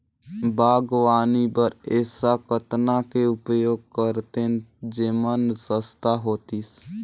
बागवानी बर ऐसा कतना के उपयोग करतेन जेमन सस्ता होतीस?